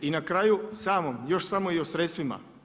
I na kraju samom, još samo i o sredstvima.